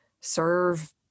serve